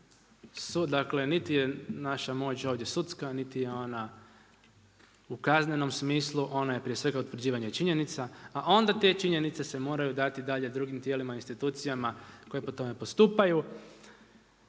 Dakle, niti je naša moć ovdje sudska, niti je ona u kaznenom smislu. Ona je prije svega utvrđivanje činjenica, a onda te činjenice se moraju dati dalje drugim tijelima, institucijama koje po tome postupaju.